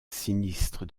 sinistre